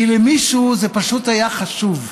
כי למישהו זה פשוט היה חשוב.